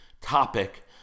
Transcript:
topic